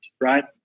right